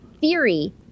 theory